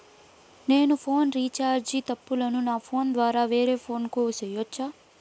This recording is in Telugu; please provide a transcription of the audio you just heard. నేను ఫోను రీచార్జి తప్పులను నా ఫోను ద్వారా వేరే ఫోను కు సేయొచ్చా?